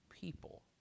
people